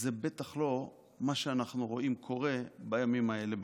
זה בטח לא מה שאנחנו רואים שקורה בימים האלה בכנסת.